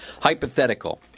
Hypothetical